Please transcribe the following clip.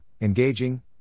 engaging